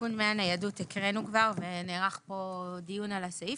הקראנו והתקיים כאן דיון על הסעיף.